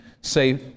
say